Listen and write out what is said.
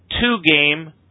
two-game